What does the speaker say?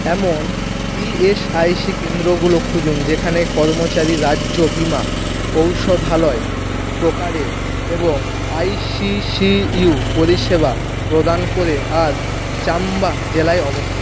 এমন ইএসআইসি কেন্দ্রগুলো খুঁজুন যেখানে কর্মচারী রাজ্য বিমা ঔষধালয় প্রকারের এবং আইসিসিইউ পরিষেবা প্রদান করে আর চাম্বা জেলায় অবস্থিত